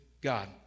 God